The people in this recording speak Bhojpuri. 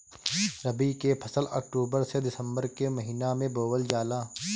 रबी के फसल अक्टूबर से दिसंबर के महिना में बोअल जाला